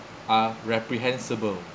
are reprehensible